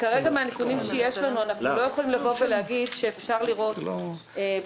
כרגע מהנתונים שיש לנו אנחנו לא יכולים להגיד שאפשר לראות ולאבחן